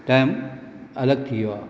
time अलॻि थी वियो आहे